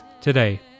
today